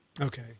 Okay